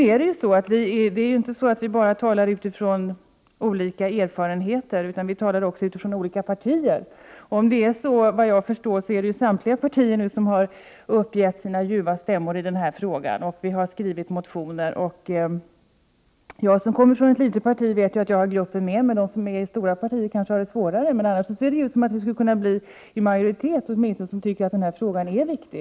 Vi talar inte bara på basis av olika erfarenheter utan också på basis av att vi tillhör olika partier. Såvitt jag förstår har alla partier låtit höra sin ljuva stämma i denna fråga. Det har skrivits motioner, och jag som tillhör ett litet parti vet ju att jag har gruppen med mig. De som tillhör stora partier har det kanske svårare. Annars ser det ju ut som om en majoritet anser att denna fråga är viktig.